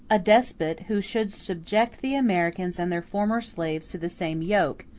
a despot who should subject the americans and their former slaves to the same yoke,